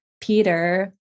Peter